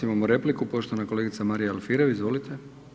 Imamo repliku poštovana kolegica Marija Alfirev, izvolite.